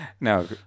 No